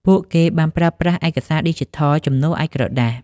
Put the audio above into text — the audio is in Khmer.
ពួកគេបានប្រើប្រាស់ឯកសារឌីជីថលជំនួសឱ្យក្រដាស។